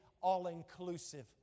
all-inclusive